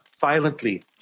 violently